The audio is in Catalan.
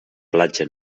platja